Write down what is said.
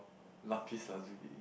Lapis Lazuli